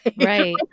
Right